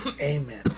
Amen